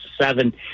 seven